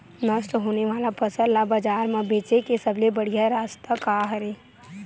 नष्ट होने वाला फसल ला बाजार मा बेचे के सबले बढ़िया रास्ता का हरे?